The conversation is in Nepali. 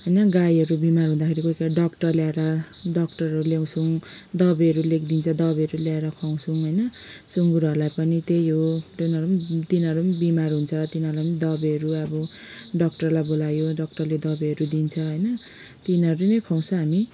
होइन गाईहरू बिमार हुँदाखेरि कोही कोही बेला डक्टर ल्याएर डक्टरहरू ल्याउँछौँ दबाईहरू लेखिदिन्छ दबाईहरू ल्याएर खुवाउँछौँ होइन सुँगुरहरलाई पनि त्यही हो तिनीहरू तिनीहरू पनि बिमार हुन्छ तिनीहरूलाई पनि दबाईहरू अब डक्टरलाई बोलायो डक्टरले दबाईहरू दिन्छ होइन तिनीहरू नै खुवाउँछ हामी